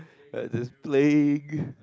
like this plaque